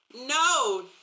no